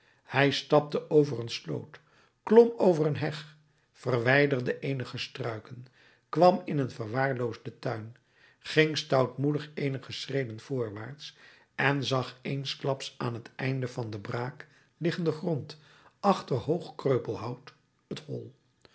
hij stapte over een sloot klom over een heg verwijderde eenige struiken kwam in een verwaarloosden tuin ging stoutmoedig eenige schreden voorwaarts en zag eensklaps aan het einde van den braak liggenden grond achter hoog kreupelhout het hol